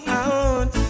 out